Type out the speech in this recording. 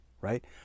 right